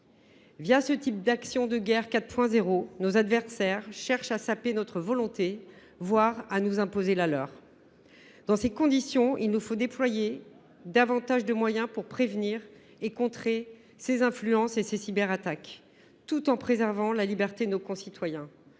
ce type d’actions de guerre 4.0, nos adversaires cherchent à saper notre volonté, voire à nous imposer la leur. Dans ces conditions, il nous faut déployer davantage de moyens pour prévenir et contrer ces influences et ces cyberattaques, tout en préservant la liberté de nos concitoyens.